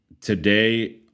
today